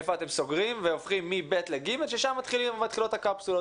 איפה אתם סוגרים והופכים מ-ב' ל-ג' ששם מתחילות הקפסולות.